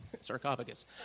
sarcophagus